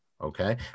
Okay